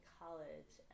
college